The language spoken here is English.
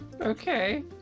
Okay